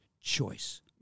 choice